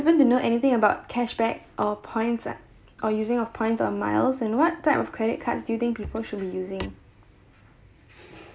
happen to know anything about cashback or points ah or using your points or miles and what type of credit cards do you think people should be using